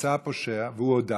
ונמצא הפושע, והוא הודה.